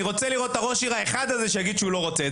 אני רוצה לראות את ראש העיר האחד הזה שיגיד שהוא לא רוצה.